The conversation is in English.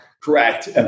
Correct